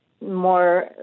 more